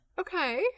okay